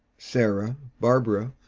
sarah, barbara,